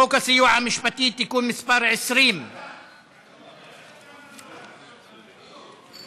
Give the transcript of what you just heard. חוק הסיוע המשפטי (תיקון מס' 20).